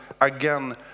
again